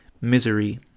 misery